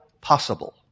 possible